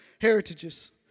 heritages